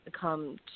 come